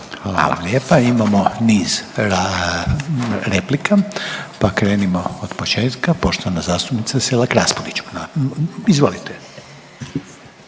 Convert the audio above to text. Hvala lijepa. Imamo niz replika, pa krenimo od početka. Poštovana zastupnica Selak-Raspudić, izvolite.